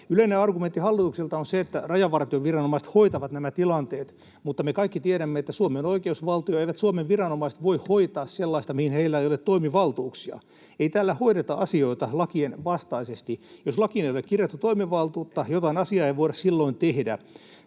Yleinen argumentti hallitukselta on se, että rajavartioviranomaiset hoitavat nämä tilanteet, mutta me kaikki tiedämme, että Suomi on oikeusvaltio. Eivät Suomen viranomaiset voi hoitaa sellaista, mihin heillä ei ole toimivaltuuksia. Ei täällä hoideta asioita lakien vastaisesti. Jos lakiin ei ole kirjattu toimivaltuutta, jotain asiaa ei voida silloin tehdä.